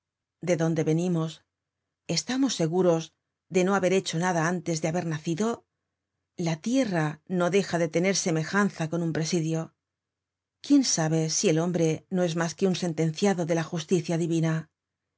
de dónde venimos estamos seguros de no haber hecho nada antes de haber nacido la tierra no deja de tener semejanza con un presidio quién sabe si el hombre no es mas que un sentenciado de la justicia divina